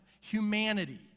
humanity